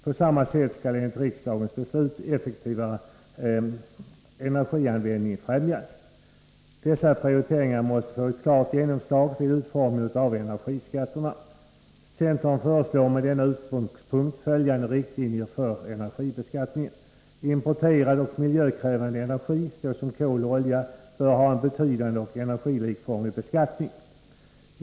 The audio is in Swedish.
På samma sätt skall enligt riksdagens beslut effektivare energianvändning främjas. Dessa prioriteringar måste få klart genomslag vid utformningen av energiskatterna. Centern föreslår med denna utgångspunkt följande riktlinjer för energibeskattningen. Importerad och miljökrävande energi såsom kol och olja bör ha en betydande och energilikformig beskattning.